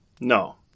No